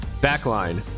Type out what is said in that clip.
backline